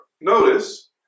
notice